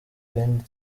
irindi